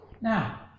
Now